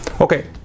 Okay